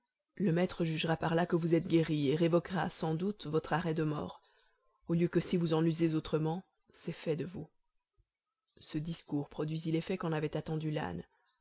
le maître jugera par là que vous êtes guéri et révoquera sans doute votre arrêt de mort au lieu que si vous en usez autrement c'est fait de vous ce discours produisit l'effet qu'en avait attendu l'âne